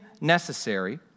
necessary